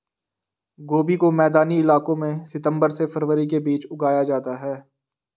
गोभी को मैदानी इलाकों में सितम्बर से फरवरी के बीच उगाया जाता है